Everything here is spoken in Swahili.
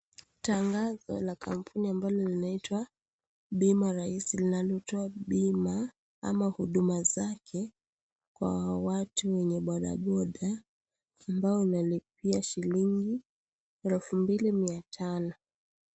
Tangaso la kampuni ambalo linaitwa BIMA RAHISI linalotoa bima ama huduma zake kwa watu wenye bodaboda ambao unalipia shilingi elfu mbili Mia tano (2500).